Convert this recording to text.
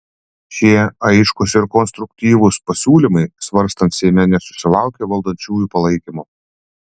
šie aiškūs ir konstruktyvūs pasiūlymai svarstant seime nesusilaukė valdančiųjų palaikymo